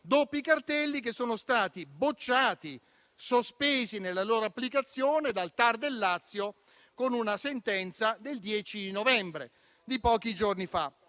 doppi cartelli che sono stati bocciati, sospesi nella loro applicazione dal TAR del Lazio, con una sentenza di pochi giorni fa,